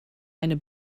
eine